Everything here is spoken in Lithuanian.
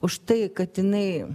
už tai kad jinai